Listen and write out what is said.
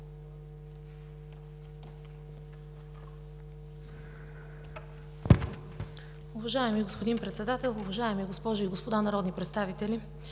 Уважаеми господин Председател, уважаеми госпожи и господа народни представители!